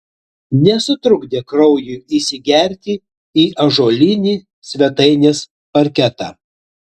nesutrukdė kraujui įsigerti į ąžuolinį svetainės parketą